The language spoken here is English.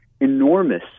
enormous